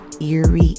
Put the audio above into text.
eerie